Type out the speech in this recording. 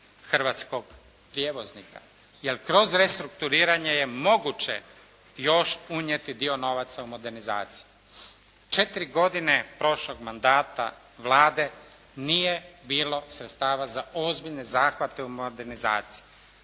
hrvatskog prijevoznika. Jer kroz restrukturiranje je moguće još unijeti dio novaca u modernizaciju. Četiri godine prošlog mandata Vlade nije bilo sredstava za ozbiljne zahvate u modernizaciju.